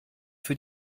für